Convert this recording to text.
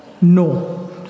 No